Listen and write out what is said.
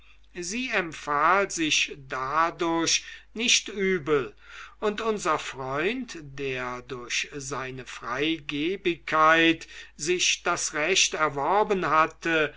sie empfahl sich dadurch nicht übel und unser freund der durch seine freigebigkeit sich das recht erworben hatte